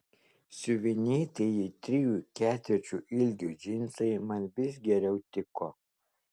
siuvinėtieji trijų ketvirčių ilgio džinsai man vis geriau tiko